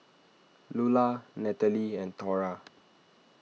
Lulla Natalee and Thora